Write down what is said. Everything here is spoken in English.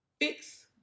fix